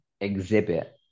exhibit